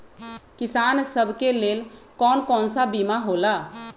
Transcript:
किसान सब के लेल कौन कौन सा बीमा होला?